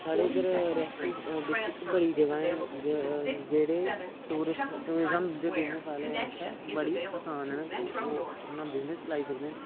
साढ़े इद्धर रियासी डिस्ट्रिक च बड़ी जगह् न जेह्ड़ी ट्यूरिस्ट ट्यूरिजम दे बिजनेस आह्ले आस्तै बड़ी असान न कि ओह् अपना बिजनेस चलाई सकदे न